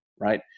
right